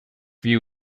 view